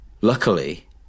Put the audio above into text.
Luckily